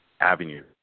Avenue